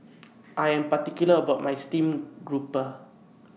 I Am particular about My Steamed Grouper